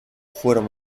fueron